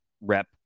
rep